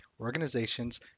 organizations